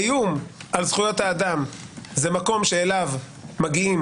האיום על זכויות האדם זה מקום שאליו מגיעים